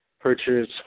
purchase